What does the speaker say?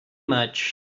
much